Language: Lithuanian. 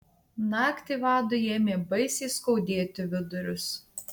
naktį vadui ėmė baisiai skaudėti vidurius